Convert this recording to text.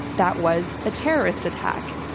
that was a terrorist attack.